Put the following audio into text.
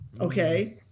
Okay